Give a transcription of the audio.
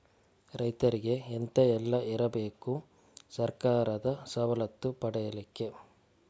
ರೈತರಿಗೆ ಎಂತ ಎಲ್ಲ ಇರ್ಬೇಕು ಸರ್ಕಾರದ ಸವಲತ್ತು ಪಡೆಯಲಿಕ್ಕೆ?